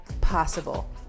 possible